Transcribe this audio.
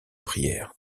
prière